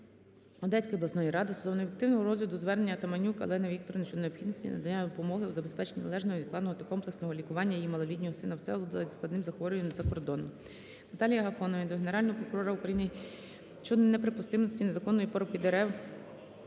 Одеської міської ради стосовно об'єктивного розгляду звернення Атаманюк Олени Вікторівни щодо необхідності надання допомоги у забезпеченні належного, невідкладного та комплексного лікування її малолітнього сина Всеволода із складним захворюванням за кордоном. Наталії Агафонової до Генерального прокурора України щодо неприпустимості незаконної порубки дерев